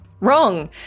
Wrong